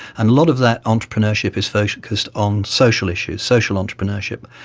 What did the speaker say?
and a lot of that entrepreneurship is focused on social issues, social entrepreneurship,